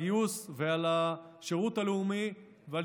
אני חשבתי שוויתרו על הגיוס ועל השירות הלאומי ועל